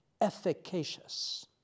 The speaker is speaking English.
Efficacious